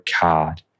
card